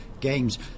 games